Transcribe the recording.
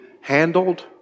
handled